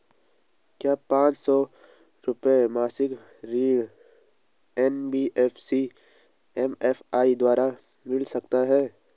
क्या पांच सौ रुपए मासिक ऋण एन.बी.एफ.सी एम.एफ.आई द्वारा मिल सकता है?